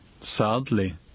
sadly